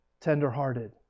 tenderhearted